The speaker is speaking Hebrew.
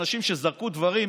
אנשים שזרקו דברים,